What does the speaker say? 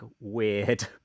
weird